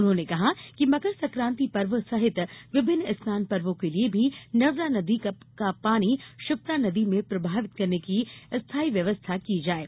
उन्होंने कहा कि मकर संक्रांति पर्व सहित विभिन्न स्नान पर्वो के लिये भी नर्मदा नदी का पानी क्षिप्रा नदी में प्रवाहित करने की स्थाई व्यवस्था की जाये